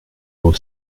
beau